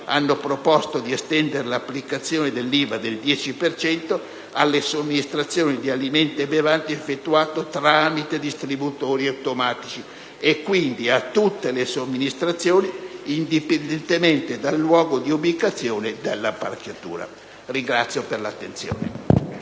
hanno proposto di estendere l'applicazione dell'IVA del 10 per cento alla somministrazione di alimenti e bevande effettuate tramite distributori automatici e, quindi, a tutte le somministrazioni, indipendentemente dal luogo di ubicazione dell'apparecchiatura. *(Applausi